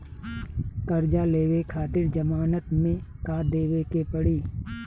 कर्जा लेवे खातिर जमानत मे का देवे के पड़ी?